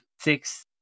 six